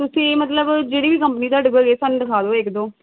ਤੁਸੀਂ ਮਤਲਬ ਜਿਹੜੀ ਵੀ ਕੰਪਨੀ ਤੁਹਾਡੇ ਕੋਲ ਹੈ ਸਾਨੂੰ ਦਿਖਾ ਦਿਉ ਇੱਕ ਦੋ